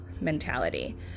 mentality